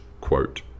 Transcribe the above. quote